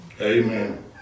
Amen